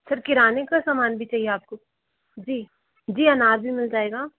sir किराने का सामान भी चाहिए आपको जी जी अनार भी मिल जाएगा